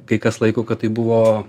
kai kas laiko kad tai buvo